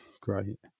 great